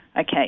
okay